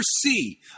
see